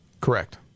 Correct